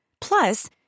Plus